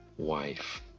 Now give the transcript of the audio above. wife